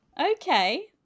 Okay